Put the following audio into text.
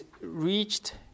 reached